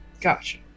Gotcha